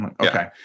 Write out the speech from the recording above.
Okay